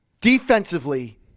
Defensively